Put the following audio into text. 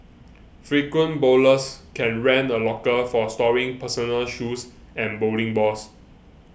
frequent bowlers can rent a locker for storing personal shoes and bowling balls